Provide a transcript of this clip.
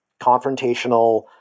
confrontational